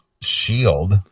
shield